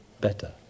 better